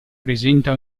presenta